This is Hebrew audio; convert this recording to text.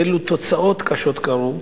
אילו תוצאות קשות קרו,